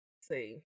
see